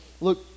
look